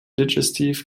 digestif